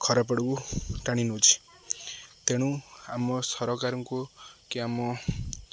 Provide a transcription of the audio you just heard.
ଖରାପଆଡ଼କୁ ଟାଣି ନେଉଛି ତେଣୁ ଆମ ସରକାରଙ୍କୁ କି ଆମ